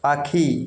পাখি